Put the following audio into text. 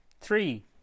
three